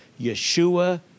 Yeshua